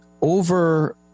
over